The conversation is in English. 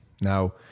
Now